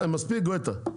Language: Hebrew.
מספיק גואטה.